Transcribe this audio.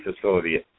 facility